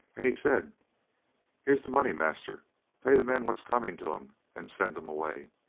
and he said here's the money, master pay the men what's coming to em and send em away.